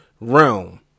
realm